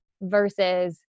versus